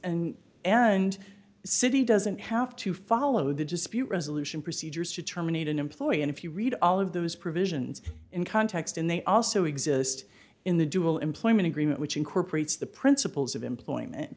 and and city doesn't have to follow the dispute resolution procedures to terminate an employee and if you read all of those provisions in context and they also exist in the dual employment agreement which incorporates the principles of employment